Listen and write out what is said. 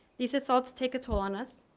these assaults take a toll on us,